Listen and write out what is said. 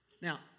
Now